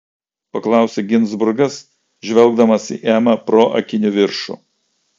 paklausė ginzburgas žvelgdamas į emą pro akinių viršų